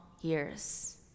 years